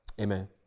amen